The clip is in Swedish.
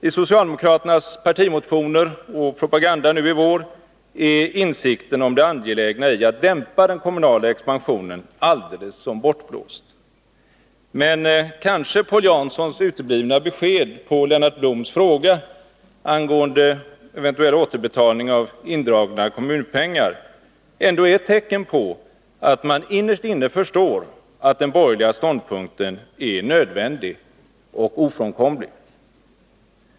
I socialdemokraternas partimotioner och propaganda nu i vår är insikten om det angelägna i att dämpa den kommunala expansionen alldeles som bortblåst. Men kanske Paul Janssons uteblivna besked på Lennart Bloms fråga angående eventuell återbetalning av indragna kommunpengar ändå är ett tecken på att man innerst inne förstår att den borgerliga ståndpunkten är nödvändig och ofrånkomlig.